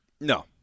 No